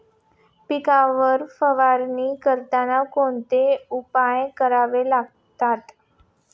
पिकांवर फवारणी करताना कोणते उपाय करावे लागतात?